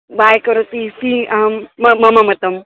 like करोति इति अहं मम मम मतम्